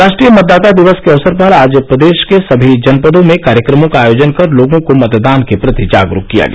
राष्ट्रीय मतदाता दिवस के अवसर पर आज प्रदेश के सभी जनपदों में कार्यक्रमों का आयोजन कर लोगों को मतदान के प्रति जागरूक किया गया